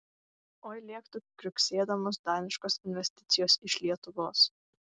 oi lėktų kriuksėdamos daniškos investicijos iš lietuvos